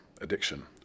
addiction